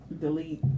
delete